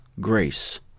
grace